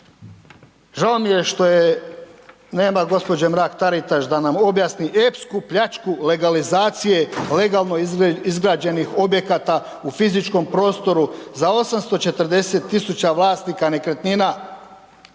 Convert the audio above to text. žao mi je što je, nema gđe. Mrak Taritaš da nam objasni epsku pljačku legalizacije legalno izgrađenih objekata u fizičkom prostoru za 840 000 vlasnika nekretnina